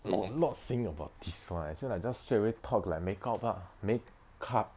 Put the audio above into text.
I'm not saying about this [one] I say like just straight away talk like make up lah make up